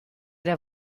der